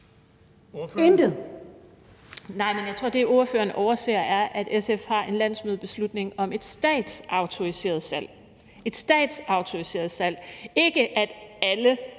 Nej, men jeg tror, at det, spørgeren overser, er, at SF har en landsmødebeslutning om et statsautoriseret salg – det er ikke, at alle